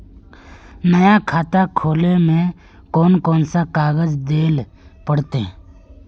नया खाता खोले में कौन कौन कागज देल पड़ते?